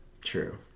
True